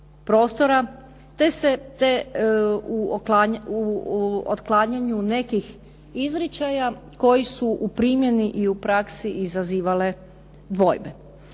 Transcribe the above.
te u otklanjanju nekih izričaja koji su u primjeni i u praksi izazivale dvojbe.